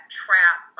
trap